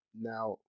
now